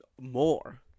More